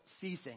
ceasing